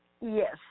Yes